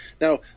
Now